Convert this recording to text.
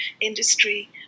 industry